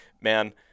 man